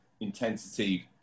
intensity